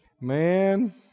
Man